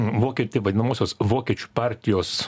vokietį vadinamosios vokiečių partijos